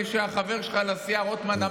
מה "דקה"?